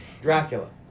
Dracula